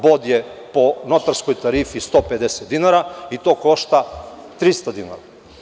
Bod je po notarskoj tarifi 150 dinara i to košta 300 dinara.